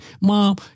Mom